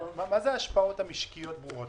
מה זה ההשפעות המשקיות ברורות?